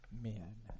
men